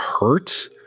hurt